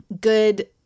good